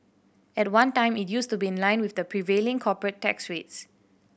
at one time it used to be in line with the prevailing corporate tax rates